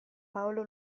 paolo